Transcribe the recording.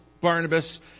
Barnabas